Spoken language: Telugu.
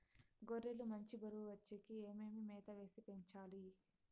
గొర్రె లు మంచి బరువు వచ్చేకి ఏమేమి మేత వేసి పెంచాలి?